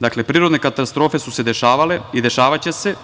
Dakle, prirodne katastrofe su se dešavale i dešavaće se.